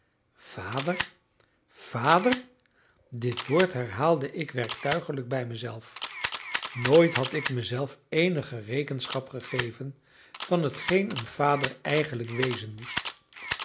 vader vader dit woord herhaalde ik werktuigelijk bij me zelf nooit had ik mezelf eenige rekenschap gegeven van hetgeen een vader eigenlijk wezen moest